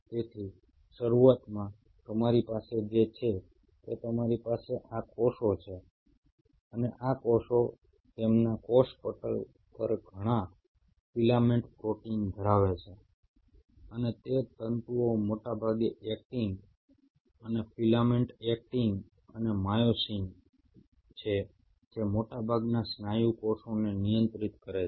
તેથી શરૂઆતમાં તમારી પાસે જે છે તે તમારી પાસે આ કોષો છે અને આ કોષો તેમના કોષ પટલ પર ઘણાં ફિલામેન્ટસ પ્રોટીન ધરાવે છે અને તે તંતુઓ મોટેભાગે એક્ટિન અને ફિલામેન્ટ એક્ટિન અને માયોસિન છે જે મોટાભાગના સ્નાયુ કોષોને નિયંત્રિત કરે છે